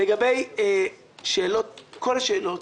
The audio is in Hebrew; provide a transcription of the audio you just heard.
לגבי כל השאלות,